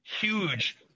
huge